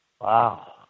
Wow